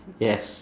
yes